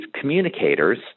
communicators